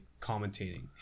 commentating